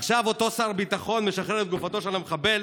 עכשיו אותו שר הביטחון משחרר את גופתו של המחבל